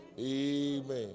Amen